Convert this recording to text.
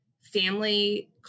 family